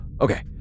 Okay